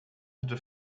hatte